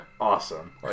awesome